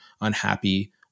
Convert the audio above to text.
unhappy